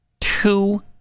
Two